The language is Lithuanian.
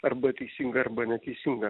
arba teisinga arba neteisinga